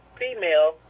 female